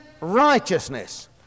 righteousness